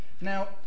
Now